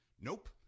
Nope